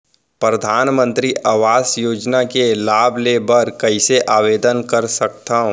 परधानमंतरी आवास योजना के लाभ ले बर कइसे आवेदन कर सकथव?